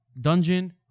Dungeon